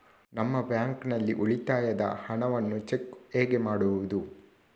ನಮ್ಮ ಬ್ಯಾಂಕ್ ನಲ್ಲಿ ಉಳಿತಾಯದ ಹಣವನ್ನು ಚೆಕ್ ಹೇಗೆ ಮಾಡುವುದು?